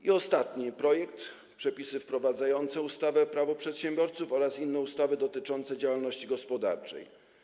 I ostatni projekt - Przepisy wprowadzające ustawę Prawo przedsiębiorców oraz inne ustawy dotyczące działalności gospodarczej.